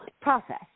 process